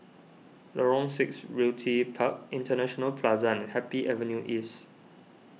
Lorong six Realty Park International Plaza and Happy Avenue East